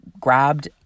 grabbed